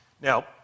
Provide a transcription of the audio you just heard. Now